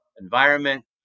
environment